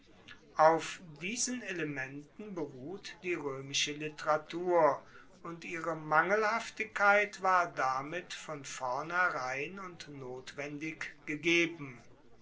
auf diesen elementen beruht die roemische literatur und ihre mangelhaftigkeit war damit von vornherein und notwendig gegeben